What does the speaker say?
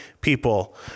people